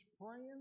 praying